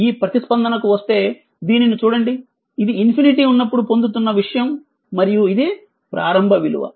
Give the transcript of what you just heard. ఈ ప్రతిస్పందనకు వస్తే దీనిని చూడండి ఇది ∞ ఉన్నప్పుడు పొందుతున్న విషయం మరియు ఇది ప్రారంభ విలువ